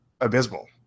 abysmal